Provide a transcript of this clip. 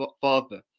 father